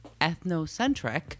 ethnocentric